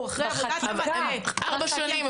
אחרי עבודת מטה --- בחקיקה --- ארבע שנים,